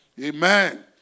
Amen